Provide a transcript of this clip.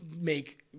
make